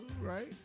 right